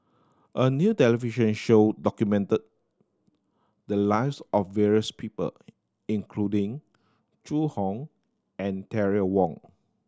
a new television show documented the lives of various people including Zhu Hong and Terry Wong